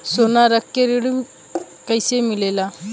सोना रख के ऋण कैसे मिलेला?